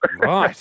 Right